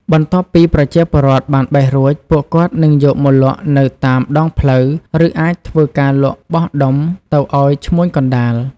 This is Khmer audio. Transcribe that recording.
បន្ទាប់ពីប្រជាពលរដ្ឋបានបេះរួច ពួកគាត់នឹងយកមកលក់នៅតាមដងផ្លូវ ឬអាចធ្វើការលក់បោះដុំទៅអោយឈ្មួញកណ្តាល។